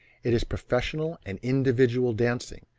it is professional and individual dancing,